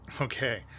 okay